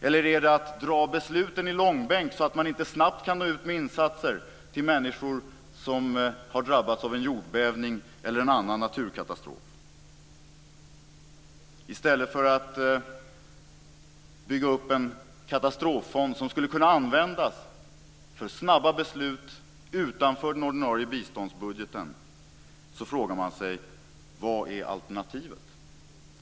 Eller är det att dra besluten i långbänk, så att man inte snabbt kan nå ut med insatser till människor som har drabbats av en jordbävning eller en annan naturkatastrof, i stället för att bygga upp en katastroffond som skulle kunna användas för snabba beslut utanför den ordinarie biståndsbudgeten? Då frågar man sig: Vad är alternativet?